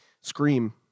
Scream